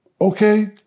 Okay